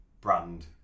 brand